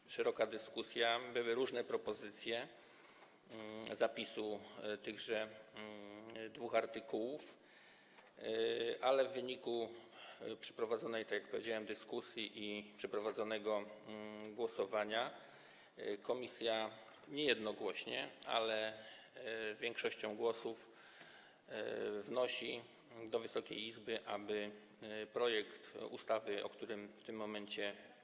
Była szeroka dyskusja, były różne propozycje zapisu tychże dwóch artykułów, ale w wyniku, tak jak powiedziałem, przeprowadzonej dyskusji i przeprowadzonego głosowania komisja nie jednogłośnie, ale większością głosów wnosi do Wysokiej Izby, aby projekt ustawy, o którym w tym momencie.